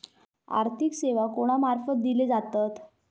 आर्थिक सेवा कोणा मार्फत दिले जातत?